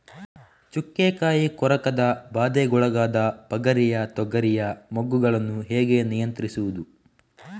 ಚುಕ್ಕೆ ಕಾಯಿ ಕೊರಕದ ಬಾಧೆಗೊಳಗಾದ ಪಗರಿಯ ತೊಗರಿಯ ಮೊಗ್ಗುಗಳನ್ನು ಹೇಗೆ ನಿಯಂತ್ರಿಸುವುದು?